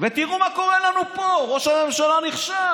ותראו מה קורה לנו פה, ראש הממשלה נכשל.